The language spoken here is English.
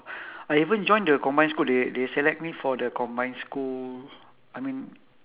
I even join the combined school they they select me for the combined school I mean